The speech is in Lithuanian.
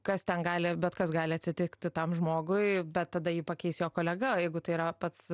kas ten gali bet kas gali atsitikti tam žmogui bet tada jį pakeis jo kolega o jeigu tai yra pats